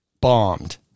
bombed